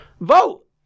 Vote